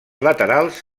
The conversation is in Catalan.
laterals